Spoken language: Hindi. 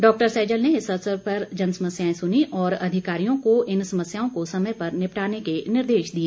डॉक्टर सैजल ने इस अवसर पर जनसमस्याएं सुनीं और अधिकारियों को इन समस्याओं को समय पर निपटाने के निर्देश दिए